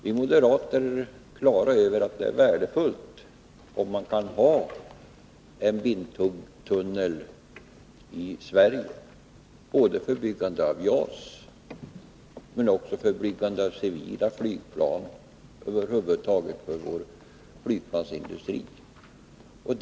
Vi är på det klara med att det vore värdefullt med en vindtunnel i Sverige både för byggande av JAS och också för byggande av civila flygplan, dvs. för flygplansindustrin över huvud taget.